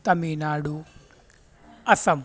Tamil Nadu Assam